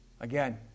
Again